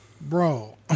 bro